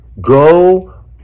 go